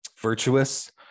virtuous